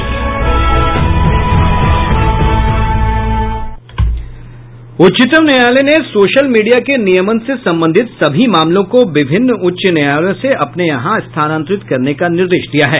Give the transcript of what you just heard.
उच्चतम न्यायालय ने सोशल मीडिया के नियमन से संबंधित सभी मामलों को विभिन्न उच्च न्यायालयों से अपने यहां स्थानांतरित करने का निर्देश दिया है